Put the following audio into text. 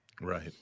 Right